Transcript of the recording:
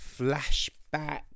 flashback